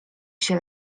się